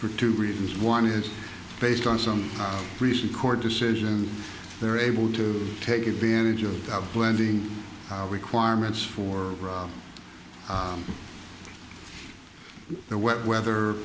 for two reasons one is based on some recent court decision they're able to take advantage of a blending requirements for the wet weather